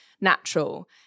natural